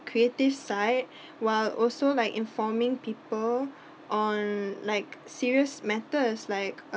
creative side while also like informing people on like serious matters like uh